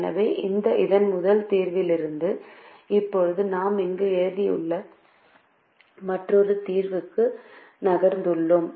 எனவே இந்த முதல் தீர்விலிருந்து இப்போது நாம் இங்கு எழுதியுள்ள மற்றொரு தீர்வுக்கு நகர்ந்துள்ளோம்